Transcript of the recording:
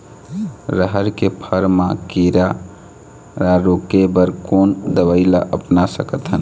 रहर के फर मा किरा रा रोके बर कोन दवई ला अपना सकथन?